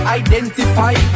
identify